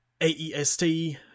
AEST